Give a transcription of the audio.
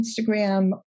Instagram